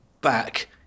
back